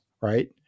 right